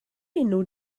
enw